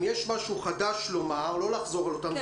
אם יש משהו חדש לומר, אז